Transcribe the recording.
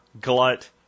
glut